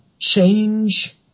change